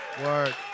work